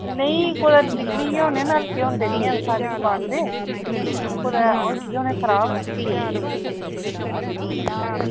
नेईं कोई निकलियै होने कोई निकलियै होने साढ़ी दुकान दे ओह् कुदै होई गै होने न खराब